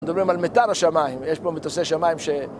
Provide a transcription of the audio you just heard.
מדברים על מטר השמיים, יש פה מטוסי שמיים ש...